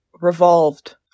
revolved